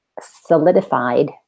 solidified